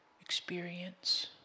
experience